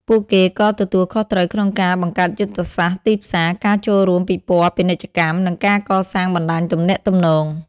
ពួកគេក៏ទទួលខុសត្រូវក្នុងការ បង្កើតយុទ្ធសាស្ត្រទីផ្សារ ការចូលរួមពិព័រណ៍ពាណិជ្ជកម្ម និងការកសាងបណ្ដាញទំនាក់ទំនង។